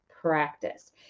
practice